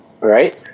right